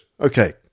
Okay